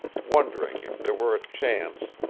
wondering if there were a chance.